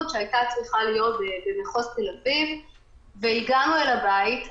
שהייתה צריכה להיות במחוז תל אביב והגענו אליה לבית,